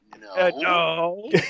No